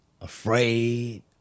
afraid